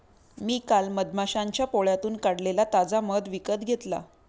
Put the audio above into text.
मी काल मधमाश्यांच्या पोळ्यातून काढलेला ताजा मध विकत घेतला